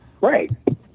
Right